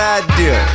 idea